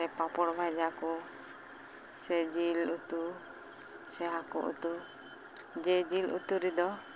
ᱥᱮ ᱯᱟᱯᱚᱲ ᱵᱷᱟᱡᱟ ᱠᱚ ᱥᱮ ᱡᱤᱞ ᱩᱛᱩ ᱥᱮ ᱦᱟᱹᱠᱩ ᱩᱛᱩ ᱡᱮ ᱡᱤᱞ ᱩᱛᱩ ᱨᱮᱫᱚ